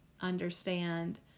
understand